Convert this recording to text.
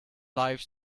live